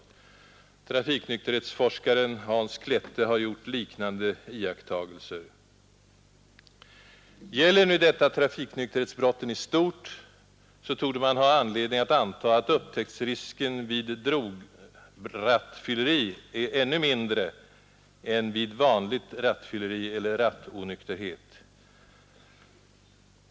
Trafiknykterhetsforskaren Hans Klette har gjort liknande iakttagelser. Gäller nu detta trafiknykterhetsbrotten i stort, torde man ha anledning att anta att upptäcktsrisken vid drograttfylleri är ännu mindre än vid rattfylleri eller rattonykterhet av vanligt slag.